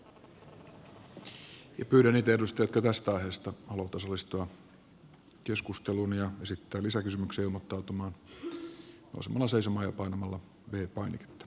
pyydän niitä edustajia jotka tästä aiheesta haluavat osallistua keskusteluun ja esittää lisäkysymyksiä ilmoittautumaan nousemalla seisomaan ja painamalla v painiketta